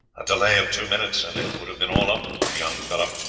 a delay of two minutes, and it would have been all up with the young fellow